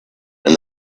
and